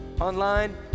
online